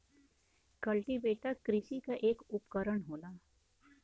cultivator कृषि क एक उपकरन होला